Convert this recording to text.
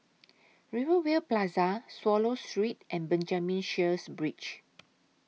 Rivervale Plaza Swallow Street and Benjamin Sheares Bridge